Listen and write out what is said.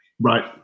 Right